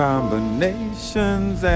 Combinations